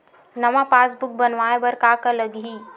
नवा पासबुक बनवाय बर का का लगही?